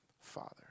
father